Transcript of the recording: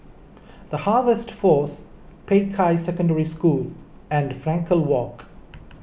the Harvest force Peicai Secondary School and Frankel Walk